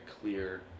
clear